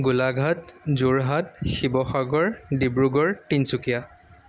Golaghat Jorhat Sivasagar Dibrugarh Tinsukia